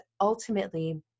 ultimately